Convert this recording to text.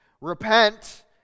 Repent